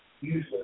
use